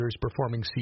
performing